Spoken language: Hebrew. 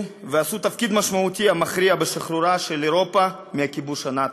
ומילאו תפקיד משמעותי ומכריע בשחרורה של אירופה מהכיבוש הנאצי.